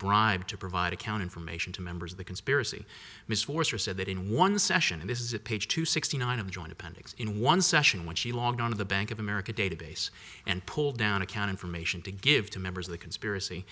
bribed to provide account information to members of the conspiracy miss forster said that in one session and this is page two sixty nine of the joint appendix in one session when she logged on of the bank of america database and pull down account information to give to members of the conspiracy